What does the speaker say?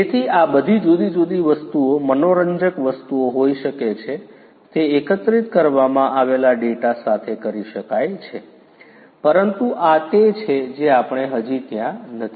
તેથી આ બધી જુદી જુદી વસ્તુઓ મનોરંજક વસ્તુઓ હોઈ શકે છે તે એકત્રિત કરવામાં આવેલા ડેટા સાથે કરી શકાય છે પરંતુ આ તે છે જે આપણે હજી ત્યાં નથી